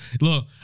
Look